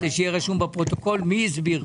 כדי שיהיה רשום בפרוטוקול מי הסביר.